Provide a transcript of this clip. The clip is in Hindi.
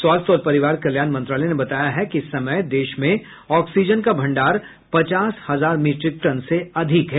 स्वास्थ्य और परिवार कल्याण मंत्रालय ने बताया है कि इस समय देश में ऑक्सीजन का भंडार पचास हजार मीट्रिक टन से अधिक है